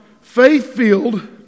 faith-filled